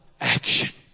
action